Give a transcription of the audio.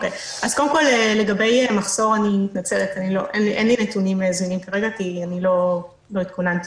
לגבי מחסור אין לי נתונים כי לא התכוננתי